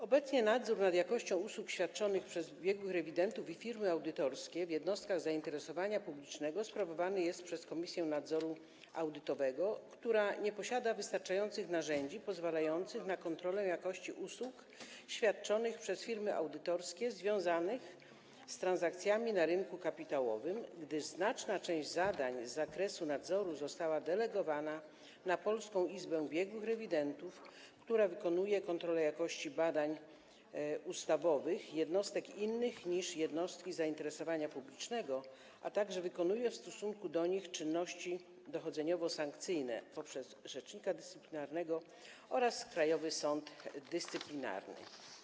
Obecnie nadzór nad jakością usług świadczonych przez biegłych rewidentów i firmy audytorskie w jednostkach zainteresowania publicznego sprawowany jest przez Komisję Nadzoru Audytowego, która nie posiada wystarczających narzędzi pozwalających na kontrolę jakości usług świadczonych przez firmy audytorskie, związanych z transakcjami na rynku kapitałowym, gdyż znaczna część zadań z zakresu nadzoru została delegowana na Polską Izbę Biegłych Rewidentów, która wykonuje kontrole jakości badań ustawowych jednostek innych niż jednostki zainteresowania publicznego, a także wykonuje w stosunku do nich czynności dochodzeniowo-sankcyjne poprzez rzecznika dyscyplinarnego oraz Krajowy Sąd Dyscyplinarny.